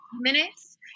minutes